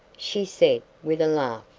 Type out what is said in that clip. she said, with a laugh.